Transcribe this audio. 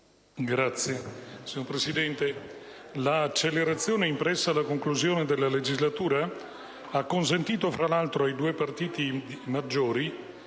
Signor Presidente, la accelerazione impressa alla conclusione della legislatura ha consentito, fra l'altro, ai due partiti maggiori